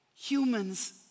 humans